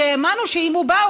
כי האמנו שאם הוא בא,